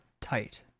tight